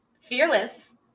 Fearless